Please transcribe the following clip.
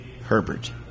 Herbert